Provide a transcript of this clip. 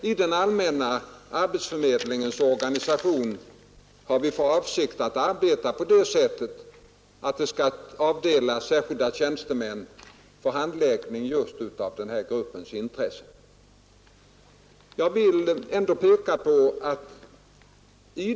I den allmänna arbetsförmedlingens organisation har vi däremot inte för avsikt att arbeta på det sättet att det skall avdelas särskilda tjänstemän för handläggning just av den här gruppens intressen.